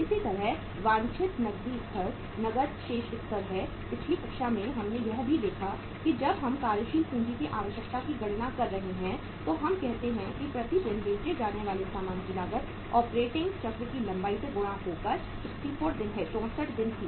इसी तरह वांछित नकदी स्तर नकद शेष स्तर है पिछली कक्षा में हमने यह भी देखा कि जब हम कार्यशील पूंजी की आवश्यकता की गणना कर रहे हैं तो हम कहते हैं कि प्रति दिन बेचे जाने वाले सामान की लागत ऑपरेटिंग चक्र की लंबाई से गुणा होकर 64 दिन थी